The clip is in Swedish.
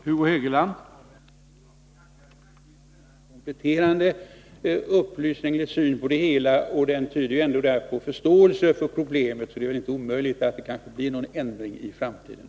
Herr talman! Jag tackar för denna kompletterande upplysning. Den tyder på att finansministern har förståelse för problemet. Det är kanske inte omöjligt att det blir någon ändring i framtiden.